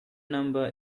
number